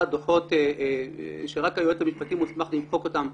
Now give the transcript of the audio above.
דוחות שרק היועץ משפטי מוסמך למחוק אותם,